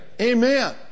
Amen